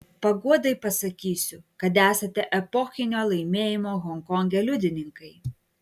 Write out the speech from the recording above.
paguodai pasakysiu kad esate epochinio laimėjimo honkonge liudininkai